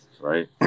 right